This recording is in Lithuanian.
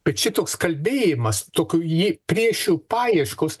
bet šitoks kalbėjimas tokių jį priešių paieškos